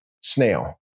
snail